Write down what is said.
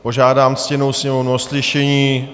Požádám ctěnou Sněmovnu o ztišení.